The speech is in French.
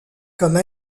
comme